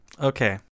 Okay